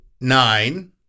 nine